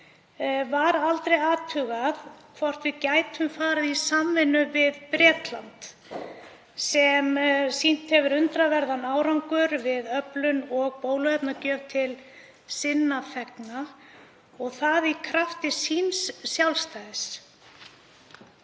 Var aldrei athugað hvort við gætum farið í samvinnu við Bretland sem sýnt hefur undraverðan árangur við öflun og bóluefnagjöf til þegna sinna og það í krafti sjálfstæðis